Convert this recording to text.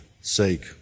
sake